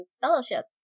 fellowship